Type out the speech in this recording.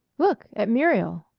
look at muriel!